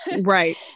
Right